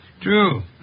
True